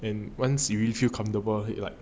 and once you will feel comfortable right